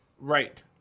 Right